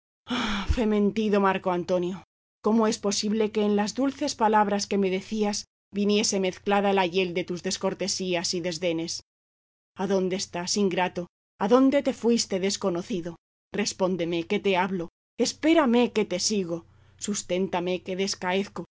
oh fementido marco antonio cómo es posible que en las dulces palabras que me decías viniese mezclada la hiel de tus descortesías y desdenes adónde estás ingrato adónde te fuiste desconocido respóndeme que te hablo espérame que te sigo susténtame que descaezco